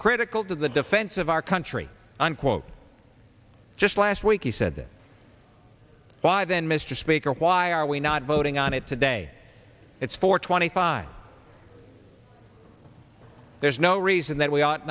critical to the defense of our country unquote just last week he said that by then mr speaker why are we not voting on it today it's four twenty five there's no reason that we ought